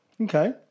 Okay